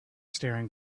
staring